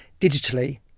digitally